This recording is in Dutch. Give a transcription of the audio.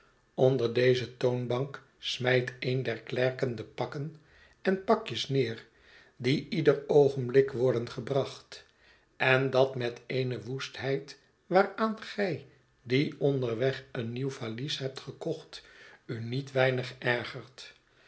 onder deze toonbank smijt een der klerken de pakken en pakjes neer dieieder oogenblik worden gebracht en dat met eene woestheid waaraan gij die onderweg een nieuw valies hebt gekocht u niet weinig ergert